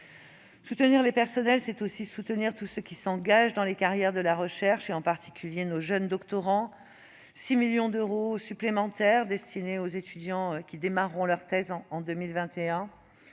Soutenir les personnels, c'est aussi soutenir tous ceux qui s'engagent dans les carrières de la recherche, en particulier nos jeunes doctorants : 6 millions d'euros seront destinés aux étudiants qui s'engageront en 2021